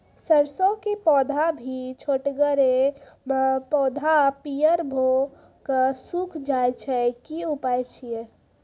सरसों के पौधा भी छोटगरे मे पौधा पीयर भो कऽ सूख जाय छै, की उपाय छियै?